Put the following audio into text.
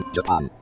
Japan